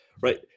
right